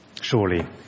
Surely